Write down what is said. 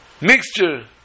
mixture